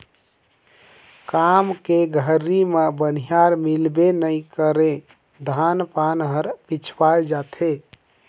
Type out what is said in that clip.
काम के घरी मे बनिहार मिलबे नइ करे धान पान हर पिछवाय जाथे